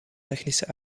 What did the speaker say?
technische